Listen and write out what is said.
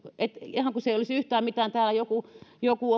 ihan kuin se ei olisi yhtään mitään täällä joku joku